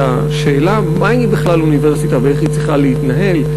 השאלה מהי בכלל אוניברסיטה ואיך היא צריכה להתנהל,